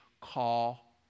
call